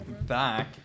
Back